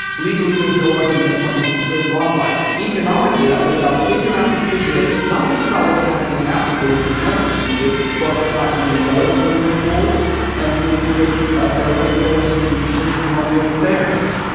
legally, there's no argument that hunters conserve wildlife. economically, i laid out figure after figure, not just about what's happening in africa, which was never refuted, but what's happening in yellowstone with wolves and with the great ah bear rainforest in british columbia with bears,